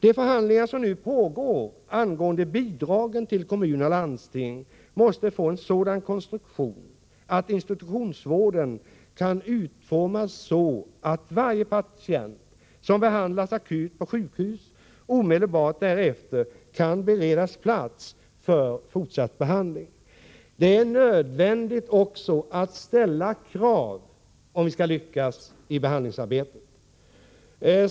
De förhandlingar som nu pågår angående bidragen till kommuner och landsting måste leda till en sådan konstruktion att institutionsvården kan utformas så att varje patient som behandlats akut på sjukhus omedelbart därefter kan beredas plats för fortsatt behandling. Det är nödvändigt att ställa krav om vi skall lyckas i behandlingsarbetet.